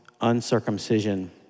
uncircumcision